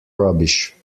rubbish